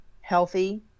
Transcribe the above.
healthy